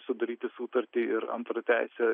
sudaryti sutartį ir antra teisė